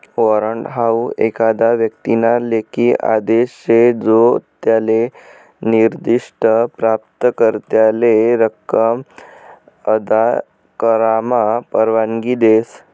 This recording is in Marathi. वॉरंट हाऊ एखादा व्यक्तीना लेखी आदेश शे जो त्याले निर्दिष्ठ प्राप्तकर्त्याले रक्कम अदा करामा परवानगी देस